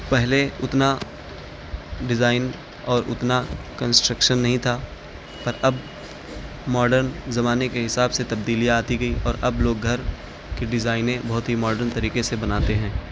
پہلے اتنا ڈیزائن اور اتنا کنسٹرکشن نہیں تھا پر اب ماڈرن زمانے کے حساب سے تبدیلیاں آتی گئی اور اب لوگ گھر کی ڈیزائنیں بہت ہی ماڈرن طریقے سے بناتے ہیں